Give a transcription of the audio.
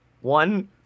one